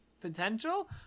potential